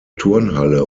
turnhalle